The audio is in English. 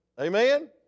Amen